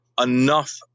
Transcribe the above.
enough